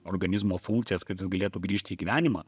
organizmo funkcijas kad jis galėtų grįžti į gyvenimą